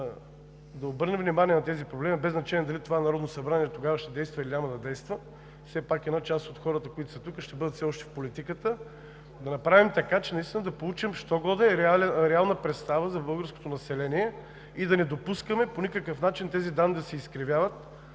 да обърнат внимание на тези проблеми, без значение дали това Народно събрание тогава ще действа, или няма да действа – все пак една част от хората, които са тук, ще бъдат все още в политиката, и да направим така, че наистина да получим що-годе реална представа за българското население. Да не допускаме по никакъв начин тези данни да се изкривяват